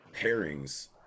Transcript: pairings